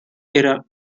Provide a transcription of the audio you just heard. era